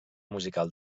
musical